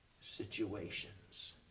situations